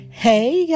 Hey